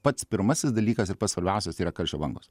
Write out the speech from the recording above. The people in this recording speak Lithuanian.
pats pirmasis dalykas ir pats svarbiausias tai yra karščio bangos